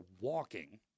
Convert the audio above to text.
walking